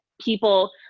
people